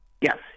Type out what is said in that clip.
Yes